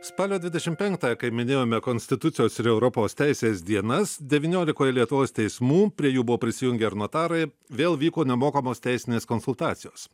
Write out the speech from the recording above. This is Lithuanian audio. spalio dvidešimt penktąją kai minėjome konstitucijos ir europos teisės dienas devyniolikoje lietuvos teismų prie jų buvo prisijungę ir notarai vėl vyko nemokamos teisinės konsultacijos